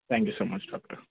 thank you so much doctor